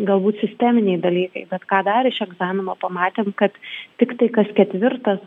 galbūt sisteminiai dalykai bet ką dar iš egzamino pamatėm kad tiktai kas ketvirtas